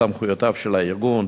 סמכויותיו של הארגון,